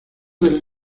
del